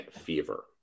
fever